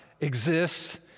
exists